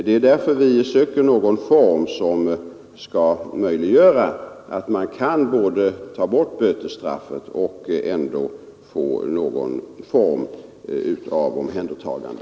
Det är därför vi söker en möjlighet att både ta bort bötesstraffet och ändå få någon form av omhändertagande